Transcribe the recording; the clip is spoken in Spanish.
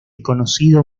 conocido